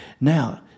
Now